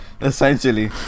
Essentially